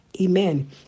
Amen